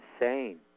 insane